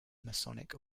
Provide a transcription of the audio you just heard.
masonic